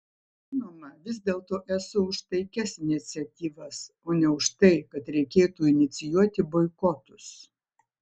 žinoma vis dėlto esu už taikias iniciatyvas o ne už tai kad reikėtų inicijuoti boikotus